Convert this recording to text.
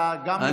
אתה גם מספיק,